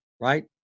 right